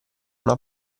una